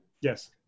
Yes